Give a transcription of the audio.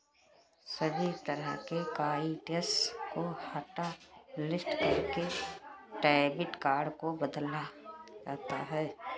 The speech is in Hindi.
सभी तरह के कार्ड्स को हाटलिस्ट करके डेबिट कार्ड को बदला जाता है